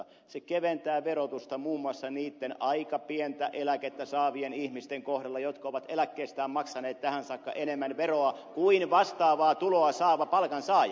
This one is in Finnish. se keventää verotusta muun muassa niitten aika pientä eläkettä saavien ihmisten kohdalla jotka ovat eläkkeestään maksaneet tähän saakka enemmän veroa kuin vastaavaa tuloa saava palkansaaja